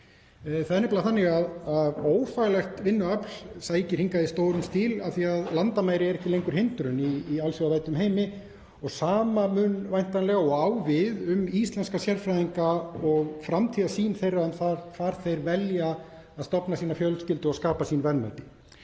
Það er nefnilega þannig að ófaglegt vinnuafl sækir hingað í stórum stíl af því að landamæri eru ekki lengur hindrun í alþjóðavæddum heimi og það sama á við um íslenska sérfræðinga og framtíðarsýn þeirra á það hvar þeir velja að stofna sína fjölskyldu og skapa sín verðmæti.